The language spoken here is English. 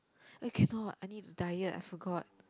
eh cannot I need to diet I forgot